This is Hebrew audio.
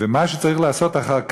ומה שצריך לעשות אחר כך,